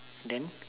then